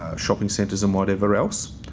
ah shopping centres and whatever else.